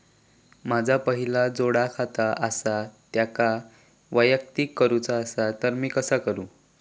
माझा पहिला जोडखाता आसा त्याका वैयक्तिक करूचा असा ता मी कसा करू?